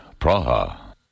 Praha